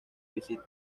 visita